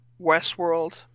Westworld